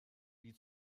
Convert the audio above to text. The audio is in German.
die